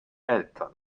eltern